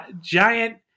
Giant